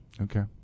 okay